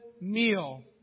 meal